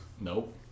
Nope